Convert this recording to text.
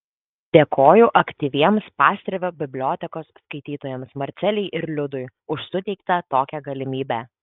dėkoju aktyviems pastrėvio bibliotekos skaitytojams marcelei ir liudui už suteiktą tokią galimybę